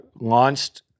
launched